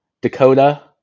Dakota